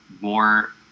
more